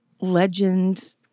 legend